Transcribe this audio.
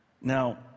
Now